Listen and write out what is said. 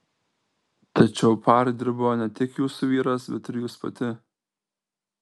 tačiau par dirbo ne tik jūsų vyras bet ir jūs pati